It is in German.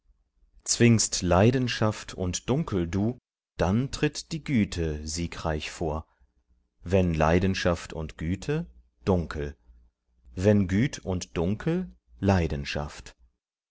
zwingst leidenschaft und dunkel du dann tritt die güte siegreich vor wenn leidenschaft und güte dunkel wenn güt und dunkel leidenschaft